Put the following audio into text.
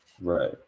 right